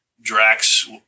Drax